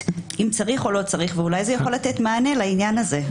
אם צריך או לא צריך ואולי זה יכול לתת מענה לעניין הזה.